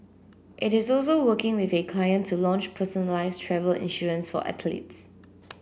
it is also working with a client to launch personalised travel insurance for athletes